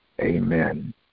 amen